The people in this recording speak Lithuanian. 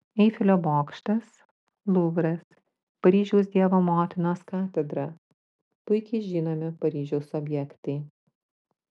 eifelio bokštas luvras paryžiaus dievo motinos katedra puikiai žinomi paryžiaus objektai